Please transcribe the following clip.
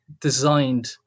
designed